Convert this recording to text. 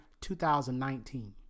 2019